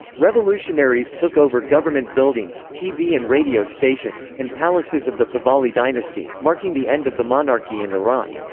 revolutionaries took over government buildings, tv and radio stations, and palaces of the pahlavi dynasty, marking the end of the monarchy in iran.